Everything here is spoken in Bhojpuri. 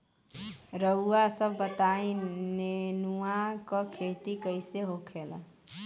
रउआ सभ बताई नेनुआ क खेती कईसे होखेला?